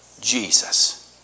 Jesus